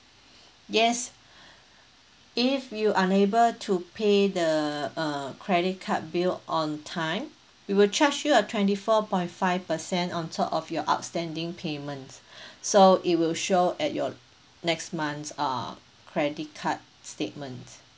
yes if you unable to pay the uh credit card bill on time we will charge you a twenty four point five percent on top of your outstanding payment so it will show at your next month uh credit card statement